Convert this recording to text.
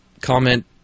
Comment